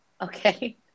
Okay